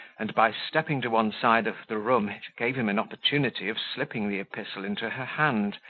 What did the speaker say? and, by stepping to one side of the room gave him an opportunity of slipping the epistle into her hand,